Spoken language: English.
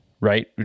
right